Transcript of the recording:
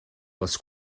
les